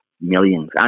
millions